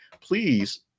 please